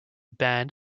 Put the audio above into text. band